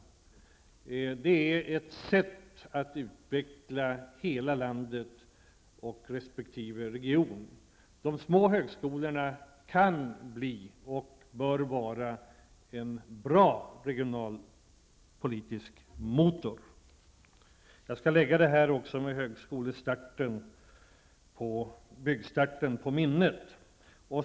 Det är ett sätt att utveckla hela landet och de olika regionerna. De små högskolorna kan bli och bör vara en bra regionalpolitisk motor. Jag skall lägga det här med byggstarten på minnet.